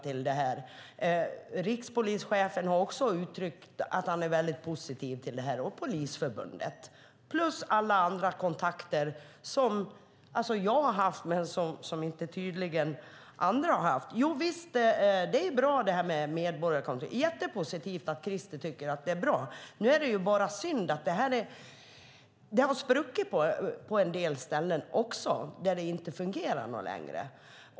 Rikspolischefen har också uttryckt att han är väldigt positiv till detta och Polisförbundet plus alla andra kontakter som jag har haft som tydligen inte andra har haft. Det är bra med medborgarkontor. Det är jättepositivt att Krister tycker att det är bra. Det är bara synd att det har spruckit på en del ställen där det inte fungerar längre.